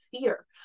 fear